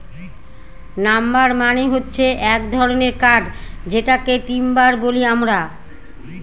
number মানে হচ্ছে এক ধরনের কাঠ যেটাকে টিম্বার বলি আমরা